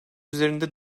üzerinde